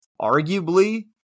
Arguably